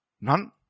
None